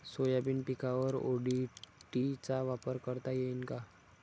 Soybean पिकावर ODT चा वापर करता येईन का?